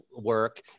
work